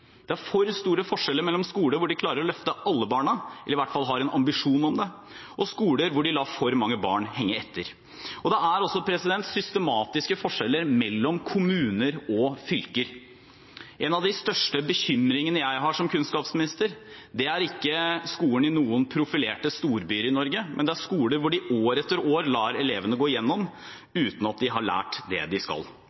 Det er for store forskjeller mellom skoler hvor de klarer å løfte alle barna, eller i hvert fall har en ambisjon om det, og skoler hvor de lar for mange barn henge etter, og det er også systematiske forskjeller mellom kommuner og fylker. En av de største bekymringene jeg har som kunnskapsminister, er ikke skolen i noen profilerte storbyer i Norge, men det er skoler hvor de år etter år lar elevene gå igjennom uten at de har lært det de skal.